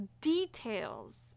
details